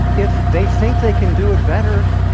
if they think they can do it better,